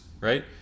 right